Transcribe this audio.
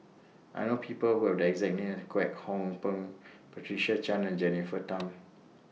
I know People Who Have The exact name as Kwek Hong Png Patricia Chan and Jennifer Tham